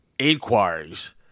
inquiries